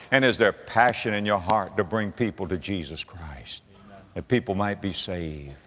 and is there a passion in your heart to bring people to jesus christ, that people might be saved.